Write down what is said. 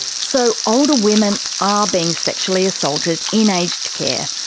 so older women are being sexually assaulted in aged care,